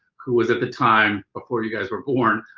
who was at the time before you guys were born,